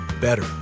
better